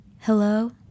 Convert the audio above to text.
hello